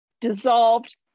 dissolved